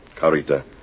Carita